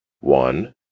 One